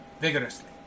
vigorously